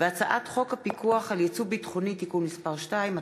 הצעת חוק הפיקוח על יצוא ביטחוני (תיקון מס' 2),